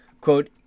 Quote